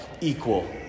equal